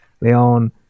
Leon